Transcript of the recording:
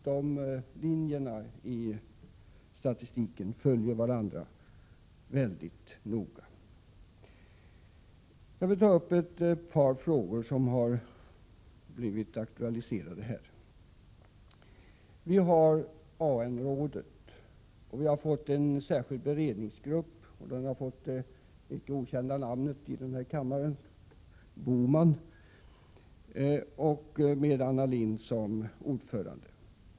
De linjerna i statistiken följer varandra noga. Jag vill ta upp ett par frågor som har blivit aktualiserade här. Vi har AN-rådet och vi har fått en särskild beredningsgrupp med det i denna kammare icke okända namnet BOMAN, där Anna Lindh är ordförande.